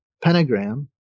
pentagram